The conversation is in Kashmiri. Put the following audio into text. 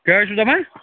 کیٛاہ حظ چھُ دَپان